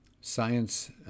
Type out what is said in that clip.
Science